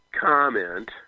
comment